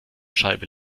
scheibe